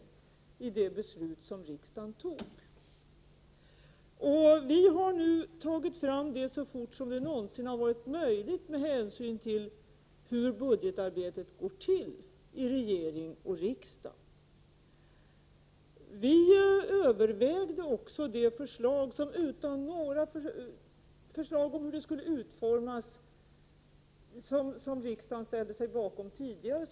Vi har nu tagit fram ett sådant förslag så fort som det någonsin har varit möjligt, med hänsyn till hur budgetarbetet går till i regering och riksdag. Vi övervägde också det förslag till utformning som riksdagen hade ställt sig bakom tidigare.